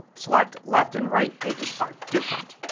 select left and right pages are different.